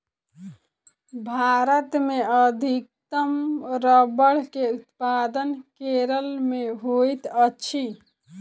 भारत मे अधिकतम रबड़ के उत्पादन केरल मे होइत अछि